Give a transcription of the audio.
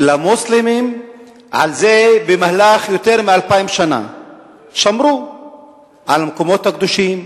למוסלמים על זה שבמהלך יותר מ-2,000 שנה שמרו על המקומות הקדושים,